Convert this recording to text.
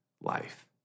life